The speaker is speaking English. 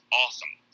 awesome